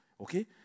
okay